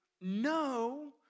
no